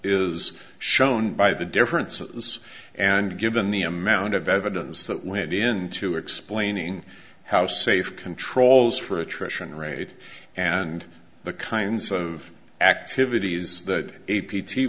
is shown by the differences and given the amount of evidence that went into explaining how safe controls for attrition rate and the kinds of activities that a p t